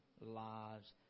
lives